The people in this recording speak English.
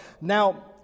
now